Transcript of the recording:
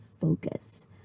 focus